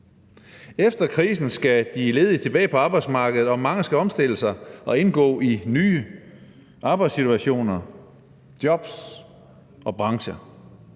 Efter krisen skal de ledige tilbage på arbejdsmarkedet, og mange skal omstille sig og indgå i nye arbejdssituationer, jobs og brancher.